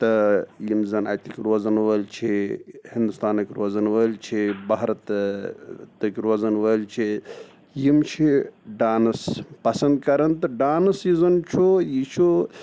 تہٕ یِم زَن اَتِکۍ روزَن وٲلۍ چھِ ہِندُستانٕکۍ روزَن وٲلۍ چھِ بھارَت تٕکۍ روزَن وٲلۍ چھِ یِم چھِ ڈانٕس پَسَنٛد کَران تہٕ ڈانٕس یُس زَن چھُ یہِ چھُ